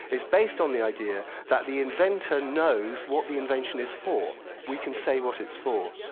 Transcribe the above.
is based on the idea that the inventor knows what the invention is for we can say what it's for.